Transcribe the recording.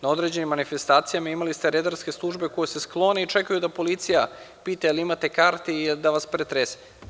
Na određenim manifestacijama imali ste redarske službe koje se sklone i čekaju da policija pita – jel imate karte i da vas pretrese.